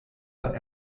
war